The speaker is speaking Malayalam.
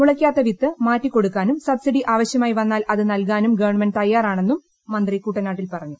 മുളയ്ക്കാത്ത വിത്ത് മാറ്റിക്കൊടുക്കാനും സബ്സിഡി ആവശ്യമായി വന്നാൽ അത് നൽകാനും ഗവൺമെന്റ് തയ്യാറാണെന്നും മന്ത്രി കുട്ടനാട്ടിൽ പറഞ്ഞു